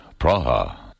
Praha